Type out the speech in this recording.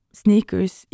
sneakers